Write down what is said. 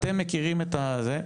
אתם מכירים את הזה,